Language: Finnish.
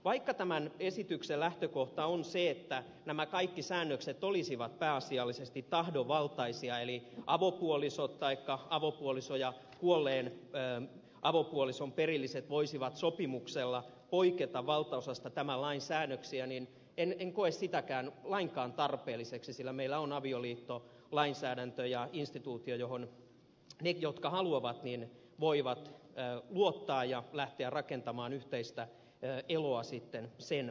vaikka tämän esityksen lähtökohta on se että nämä kaikki säännökset olisivat pääasiallisesti tahdonvaltaisia eli avopuoliso taikka avopuoliso ja kuolleen avopuolison perilliset voisivat sopimuksella poiketa valtaosasta tämän lain säännöksiä niin en koe sitäkään lainkaan tarpeelliseksi sillä meillä on avioliittolainsäädäntö ja instituutio johon ne jotka haluavat voivat luottaa lähtemällä sitten rakentamaan yhteistä eloa sen varaan